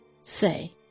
Say